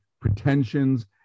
pretensions